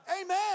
Amen